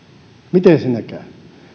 miten siinä käy